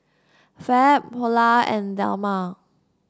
Fab Polar and Dilmah